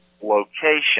location